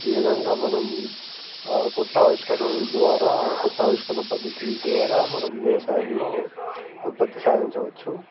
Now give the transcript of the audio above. ఈ విధంగా మనం కొత్త ఆవిష్కరణల ద్వారా కొత్త ఆవిష్కరణ పద్ధతి ద్వారా మనం వ్యవసాయంలో ఉత్పత్తి సాధించవచ్చు